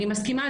אני מסכימה,